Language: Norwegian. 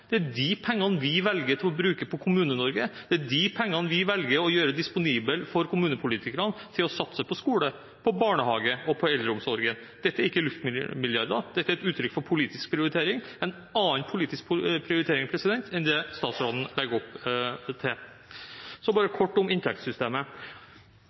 Det er de pengene vi velger å bruke på Kommune-Norge, det er de pengene vi velger å gjøre disponible for kommunepolitikerne til å satse på skole, barnehage og eldreomsorg. Dette er ikke luftmilliarder. Dette er et uttrykk for politisk prioritering – en annen politisk prioritering enn statsråden legger opp til.